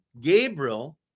Gabriel